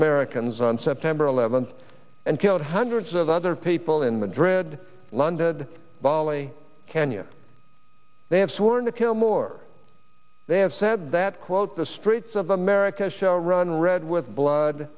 americans on september eleventh and killed hundreds of other people in madrid london bali kenya they have sworn to kill more they have said that quote the streets of america shall run red with blood